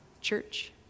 Church